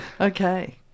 Okay